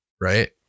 Right